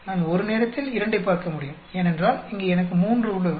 நான் ஒரு நேரத்தில் இரண்டைப் பார்க்க முடியும் ஏனென்றால் இங்கே எனக்கு மூன்று உள்ளது